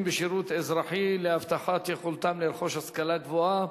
בשירות אזרחי להבטחת יכולתם לרכוש השכלה גבוהה,